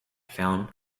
found